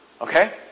Okay